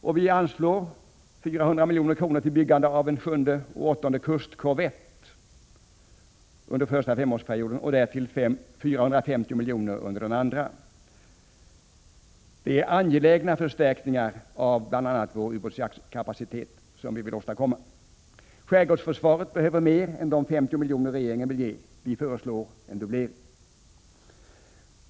Vidare föreslår vi 400 milj.kr. till byggande av en sjunde och åttonde kustkorvett under den första femårsperioden och 450 milj.kr. under den andra perioden. Det är angelägna förstärkningar av bl.a. vår ubåtsjaktskapacitet som vi vill åstadkomma. Skärgårdsförsvaret behöver mer än de 50 milj.kr. som regeringen vill ge. Vi föreslår en dubblering.